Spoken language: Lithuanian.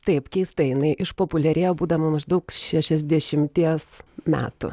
taip keistai jinai išpopuliarėjo būdama maždaug šešiasdešimties metų